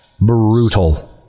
brutal